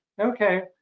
okay